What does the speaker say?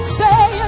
say